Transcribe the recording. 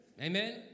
Amen